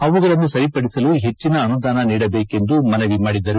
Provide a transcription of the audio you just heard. ಅವುಗಳನ್ನು ಸರಿಪಡಿಸಲು ಹೆಚ್ಚಿನ ಅನುದಾನ ನೀಡಬೇಕೆಂದು ಮನವಿ ಮಾಡಿದರು